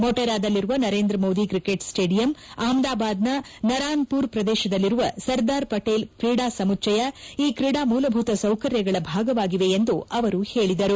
ಮೊಟೆರಾದಲ್ಲಿರುವ Narendra Modi cricket stadium ಅಹ್ಮದಾಬಾದ್ನ ನರಾನ್ಪುರ್ ಪ್ರದೇಶದಲ್ಲಿರುವ ಸರ್ದಾರ್ ಪಟೇಲ್ ಕ್ರೀಡಾ ಸಮುಚ್ಚಯ ಈ ಕ್ರೀಡಾ ಮೂಲಭೂತ ಸೌಕರ್ಯಗಳ ಭಾಗವಾಗಿವೆ ಎಂದು ಅವರು ಹೇಳಿದರು